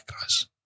guys